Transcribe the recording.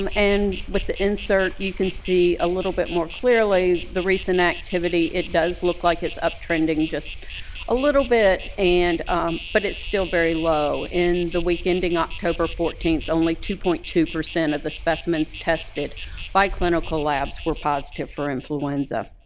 um and with the insert you can see a little bit more clearly the recent activity, it does look like it's up-trending just a little bit. and but it's still very low. in the week ending october fourteenth, only two point two of the specimens tested by clinical labs were positive for influenza.